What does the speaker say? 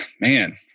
man